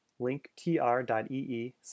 linktr.ee